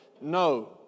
No